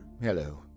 Hello